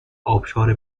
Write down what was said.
ابشار